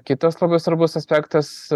kitas labai svarbus aspektas